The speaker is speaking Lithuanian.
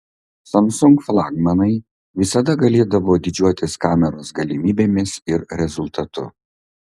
samsung flagmanai visada galėdavo didžiuotis kameros galimybėmis ir rezultatu